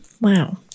Wow